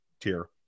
tier